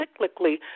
cyclically